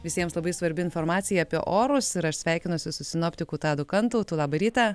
visiems labai svarbi informacija apie orus ir aš sveikinuosi su sinoptikų tadu kantautu labą rytą